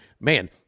man